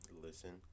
listen